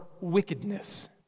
wickedness